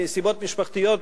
מסיבות משפחתיות,